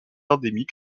endémique